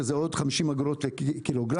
שזה עוד 50 אגורות לק"ג.